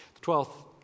twelfth